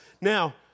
Now